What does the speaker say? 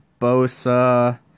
Bosa